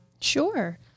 Sure